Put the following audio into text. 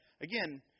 again